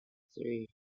three